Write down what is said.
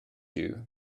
you